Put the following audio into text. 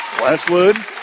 Westwood